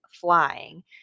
flying